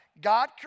God